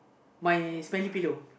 my smelly pillow